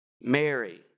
Mary